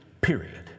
period